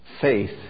Faith